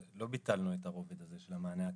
לא ביטלנו את הרובד הזה של המענה הכספי.